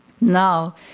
Now